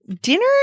dinner